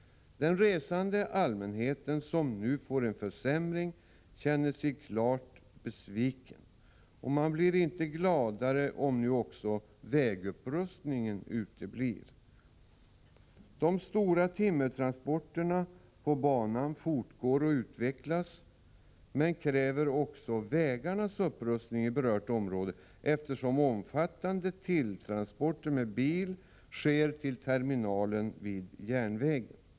Den resande allmänheten, som nu får en försämring, känner sig klart besviken, och man blir inte gladare om nu också vägupprustningen uteblir. De stora timmertransporterna på banan fortgår och utvecklas, men kräver också vägarnas upprustning i berört område eftersom omfattande timmertransporter med bil sker till terminalen vid järnvägen.